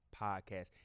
Podcast